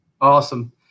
Awesome